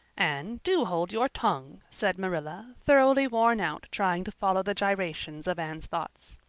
anne, do hold your tongue, said marilla, thoroughly worn out trying to follow the gyrations of anne's thoughts.